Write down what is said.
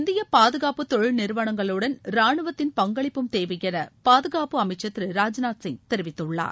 இந்திய பாதுகாப்பு தொழில் நிறுவனங்களுடன் ராணுவத்தின் பங்களிப்பும் தேவை என பாதுகாப்பு அமைச்சர் திரு ராஜ்நாத் சிங் தெரிவித்துள்ளார்